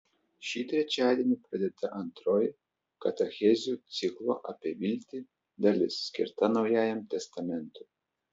šį trečiadienį pradėta antroji katechezių ciklo apie viltį dalis skirta naujajam testamentui